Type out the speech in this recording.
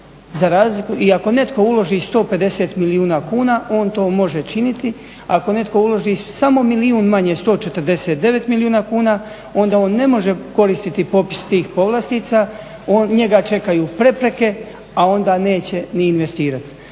i ako netko uloži 150 milijuna kuna, on to može činiti, ako netko uloži samo milijun manje, 149 milijuna kuna, onda on ne može koristiti popis tih povlastica, njega čekaju prepreke, a onda neće ni investirati.